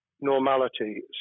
normality